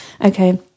Okay